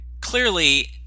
clearly